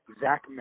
Zach